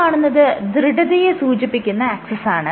ഈ കാണുന്നത് ദൃഢതയെ സൂചിപ്പിക്കുന്ന ആക്സിസാണ്